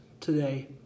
today